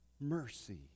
mercy